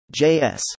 JS